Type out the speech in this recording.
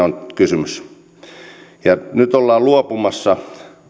on kysymys nyt ollaan luopumassa